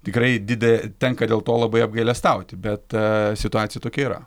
tikrai dide tenka dėl to labai apgailestauti bet situacija tokia yra